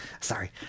Sorry